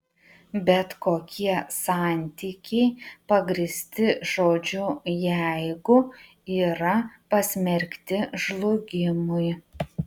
bet kokie santykiai pagrįsti žodžiu jeigu yra pasmerkti žlugimui